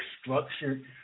structured